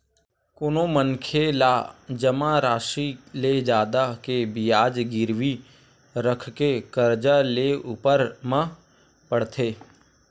कोनो मनखे ला जमा रासि ले जादा के बियाज गिरवी रखके करजा लेय ऊपर म पड़थे